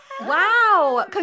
Wow